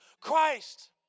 Christ